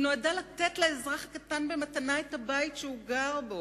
היא נועדה לתת לאזרח הקטן במתנה את הבית שהוא גר בו,